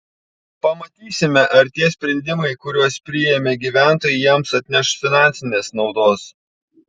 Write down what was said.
pamatysime ar tie sprendimai kuriuos priėmė gyventojai jiems atneš finansinės naudos